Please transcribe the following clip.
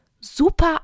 super